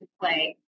play